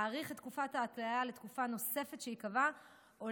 להאריך את תקופת ההתליה לתקופה נוספת שיקבע או